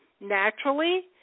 naturally